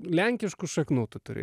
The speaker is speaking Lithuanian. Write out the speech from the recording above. lenkiškų šaknų tu turi